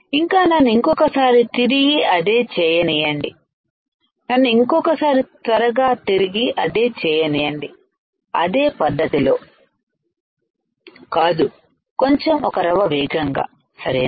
ఇంకా నన్ను ఇంకొకసారి తిరిగి అదే చేయనీ యండి నన్ను ఇంకొకసారి త్వరగా తిరిగి అదే చేయనీయండిఅదే పద్ధతిలో కాదు కొంచెం ఒక రవ్వ వేగంగా సరేనా